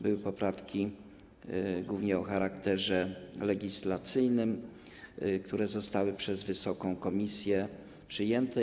Były poprawki, głównie o charakterze legislacyjnym, które zostały przez wysoką komisję przyjęte.